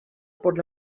por